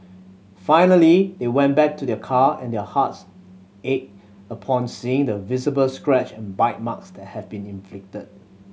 finally they went back to their car and their hearts ached upon seeing the visible scratch and bite marks that had been inflicted